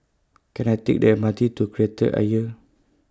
Can I Take The M R T to Kreta Ayer